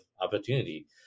opportunity